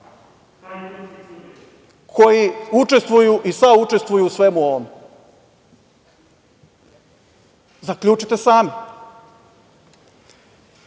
koji učestvuju i saučestvuju u svemu ovome? Zaključite sami. Ono